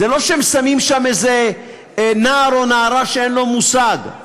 זה לא שהם שמים שם איזה נער או נערה שאין להם מושג,